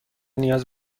نیاز